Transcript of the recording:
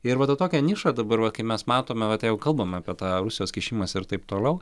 ir va ta tokia niša dabar va kai mes matome vat jeigu kalbam apie tą rusijos kišimąsi ir taip toliau